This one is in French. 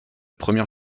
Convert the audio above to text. première